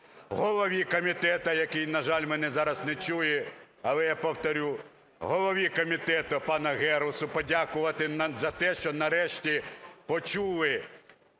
голові комітету, який, на жаль, мене зараз не чує, але я повторю, голові комітету пану Герусу подякувати за те, що нарешті почули